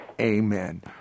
amen